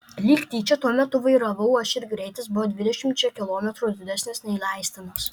lyg tyčia tuo metu vairavau aš ir greitis buvo dvidešimčia kilometrų didesnis nei leistinas